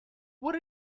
what